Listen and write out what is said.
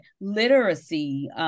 literacy